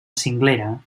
cinglera